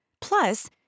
Plus